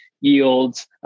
yields